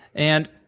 and